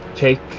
take